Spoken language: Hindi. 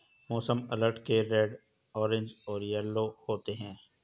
मौसम अलर्ट के रेड ऑरेंज और येलो अलर्ट होते हैं